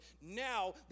now